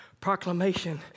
Proclamation